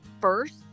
first